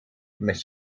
met